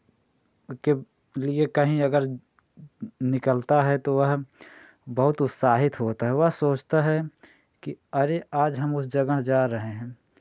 के लिए कहीं अगर निकलता है तो वह बहुत उत्साहित होता है वह सोचता है कि अरे आज हम उस जगह जा रहे हैं